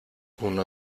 uno